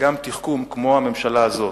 וגם תחכום, כמו הממשלה הזאת.